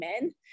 men